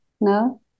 no